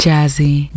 Jazzy